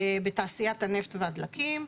בתעשיית הנפט והדלקים,